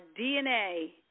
DNA